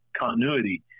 continuity